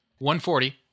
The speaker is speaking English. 140